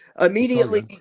immediately